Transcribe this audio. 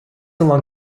along